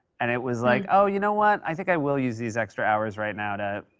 and it was like, oh, you know what? i think i will use these extra hours right now to,